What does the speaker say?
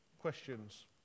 questions